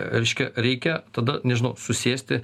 reiškia reikia tada nežinau susėsti